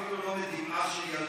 אפילו לא מדמעה של ילדה,